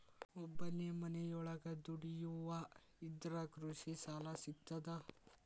ಒಬ್ಬನೇ ಮನಿಯೊಳಗ ದುಡಿಯುವಾ ಇದ್ರ ಕೃಷಿ ಸಾಲಾ ಸಿಗ್ತದಾ?